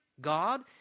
God